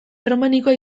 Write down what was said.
erromanikoa